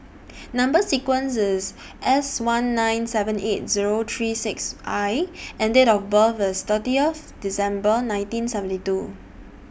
Number sequence IS S one nine seven eight Zero three six I and Date of birth IS thirtieth December nineteen seventy two